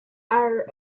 are